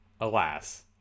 alas